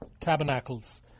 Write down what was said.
Tabernacles